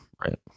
right